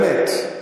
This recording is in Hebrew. באמת.